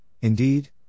indeed